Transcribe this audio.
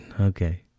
Okay